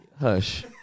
hush